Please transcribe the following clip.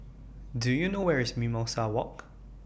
Do YOU know Where IS Mimosa Walk